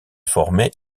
formé